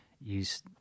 use